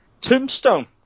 Tombstone